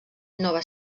nova